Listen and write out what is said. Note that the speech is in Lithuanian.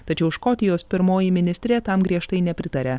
tačiau škotijos pirmoji ministrė tam griežtai nepritaria